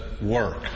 work